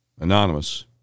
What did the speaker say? anonymous